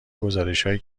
گزارشهایی